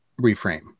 reframe